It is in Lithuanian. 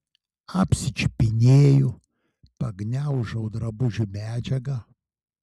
apsičiupinėju pagniaužau drabužių medžiagą